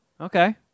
Okay